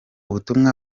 butumwa